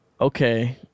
Okay